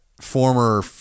former